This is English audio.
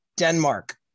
Denmark